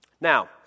Now